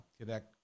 Connect